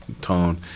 tone